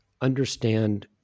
understand